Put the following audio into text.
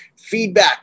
feedback